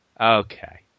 Okay